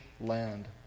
land